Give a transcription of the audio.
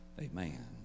Amen